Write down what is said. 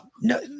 no